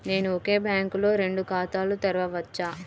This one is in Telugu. నేను ఒకే బ్యాంకులో రెండు ఖాతాలు తెరవవచ్చా?